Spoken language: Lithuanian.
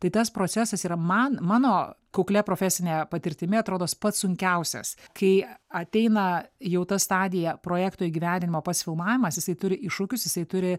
tai tas procesas yra man mano kuklia profesine patirtimi atrodo pats sunkiausias kai ateina jau ta stadija projekto įgyvendinimo pats filmavimas jisai turi iššūkius jisai turi